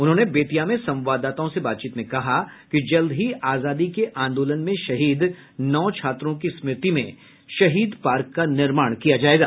उन्होंने बेतिया में संवाददाताओं से बातचीत में कहा कि जल्द ही आजादी के आंदोलन में शहीद नौ छात्रों की स्मृति में शहीद पार्क का निर्माण किया जायेगा